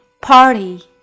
party